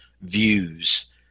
views